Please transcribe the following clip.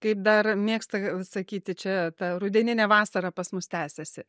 kaip dar mėgsta sakyti čia ta rudeninė vasara pas mus tęsiasi